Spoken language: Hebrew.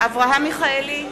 אברהם מיכאלי,